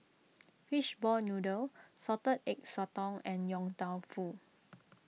Fishball Noodle Salted Egg Sotong and Yong Tau Foo